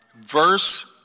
Verse